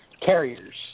carriers